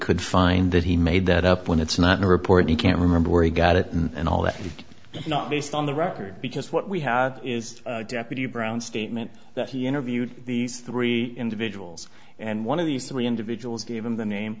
could find that he made that up when it's not reported he can't remember where he got it and all that and not based on the record because what we have is deputy brown statement that he interviewed these three individuals and one of these three individuals gave him the name